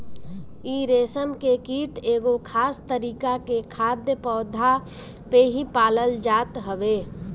इ रेशम के कीट एगो खास तरीका के खाद्य पौधा पे ही पालल जात हवे